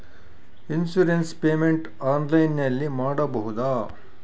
Insurance payment ಆನ್ಲೈನಿನಲ್ಲಿ ಮಾಡಬಹುದಾ?